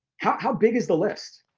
how how big is the list?